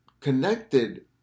connected